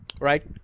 right